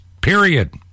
period